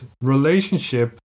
relationship